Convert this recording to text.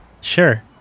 sure